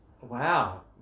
Wow